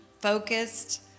focused